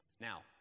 Now